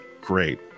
great